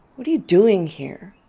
what are you doing here?